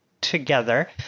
together